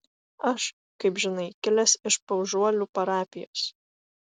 aš kaip žinai kilęs iš paužuolių parapijos